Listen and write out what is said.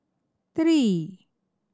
three